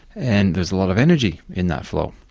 and there's a lot of energy in that flow.